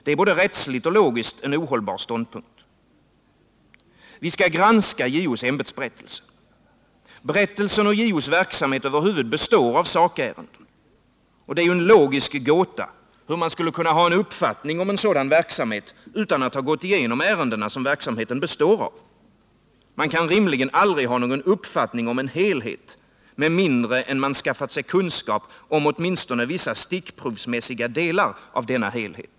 Det är både rättsligt och logiskt en ohållbar ståndpunkt. Vi skall granska JO:s ämbetsberättelse. Berättelsen och JO:s verksamhet består av sakärenden. Det är en logisk gåta hur man skulle kunna ha en uppfattning om en sådan verksamhet utan att ha gått igenom ärendena som verksamheten består av. Man kan rimligen aldrig ha någon uppfattning om en helhet, med mindre än att man skaffat sig kunskap om åtminstone vissa stickprovsmässiga delar av denna helhet.